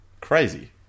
crazy